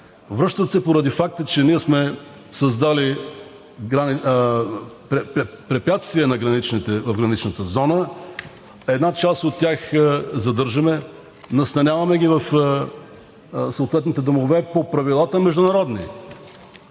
връщат се поради факта, че ние сме създали препятствия на граничната зона, една част от тях задържаме, настаняваме ги в съответните домове по международните